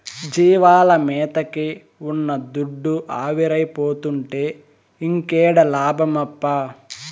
జీవాల మేతకే ఉన్న దుడ్డు ఆవిరైపోతుంటే ఇంకేడ లాభమప్పా